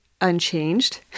unchanged